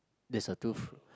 there's a tooth